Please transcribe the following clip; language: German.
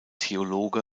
theologe